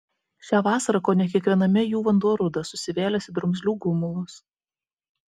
šią vasarą kone kiekviename jų vanduo rudas susivėlęs į drumzlių gumulus